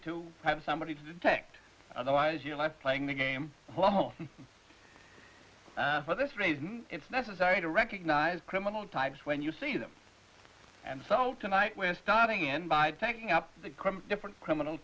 to have somebody to detect otherwise your life playing the game for this reason it's necessary to recognise criminal types when you see them and so tonight we're starting in by taking up the different criminal